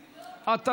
(תיקון),